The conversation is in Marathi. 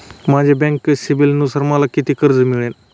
माझ्या बँक सिबिलनुसार मला किती कर्ज मिळेल?